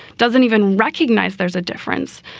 doesn't even recognize there's a difference.